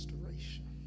Restoration